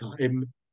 time